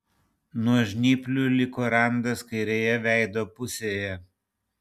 nuo žnyplių liko randas kairėje veido pusėje